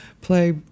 play